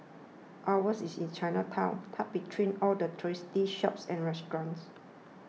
ours is in Chinatown tucked between all the touristy shops and restaurants